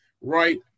right